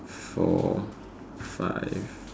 four five